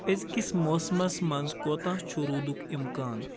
أزکِس موسمَس منٛز کوتاہ چُھ روٗدُک امکان